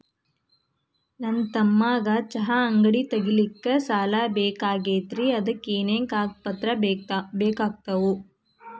ನನ್ನ ತಮ್ಮಗ ಚಹಾ ಅಂಗಡಿ ತಗಿಲಿಕ್ಕೆ ಸಾಲ ಬೇಕಾಗೆದ್ರಿ ಅದಕ ಏನೇನು ಕಾಗದ ಪತ್ರ ಬೇಕಾಗ್ತವು?